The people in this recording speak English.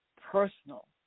personal